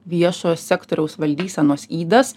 viešojo sektoriaus valdysenos ydas